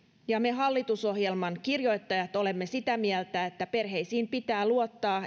me hallitusohjelman kirjoittajat olemme sitä mieltä että perheisiin pitää luottaa